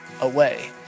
away